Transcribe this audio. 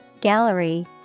gallery